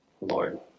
Lord